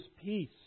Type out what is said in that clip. peace